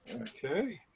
Okay